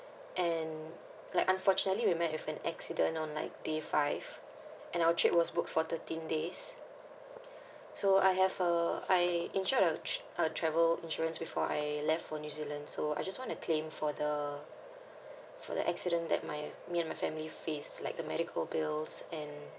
and like unfortunately we met with an accident on like day five and our trip was book for thirteen days so I have uh I insured a tr~ travel insurance before I left for new zealand so I just want to claim for the for the accident that my me and my family faced like the medical bills and